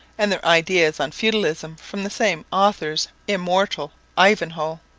and their ideas on feudalism from the same author's immortal ivanhoe.